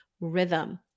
rhythm